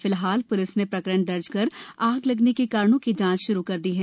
फिलहाल प्लिस ने प्रकरण दर्ज कर आग लगने के कारणों की जांच श्रू कर दी गई है